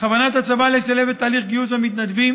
בכוונת הצבא לשלב את תהליך גיוס המתנדבים